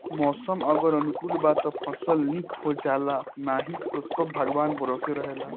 मौसम अगर अनुकूल बा त फसल निक हो जाला नाही त सब भगवान भरोसे रहेला